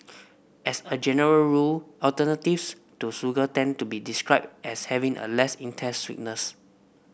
as a general rule alternatives to sugar tend to be described as having a less intense sweetness